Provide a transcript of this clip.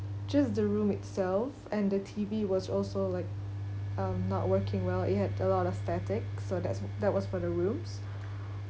just the room itself and the T_V was also like um not working well it had a lot of static so that's that was for the rooms